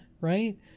right